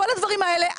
כל הדברים האלה,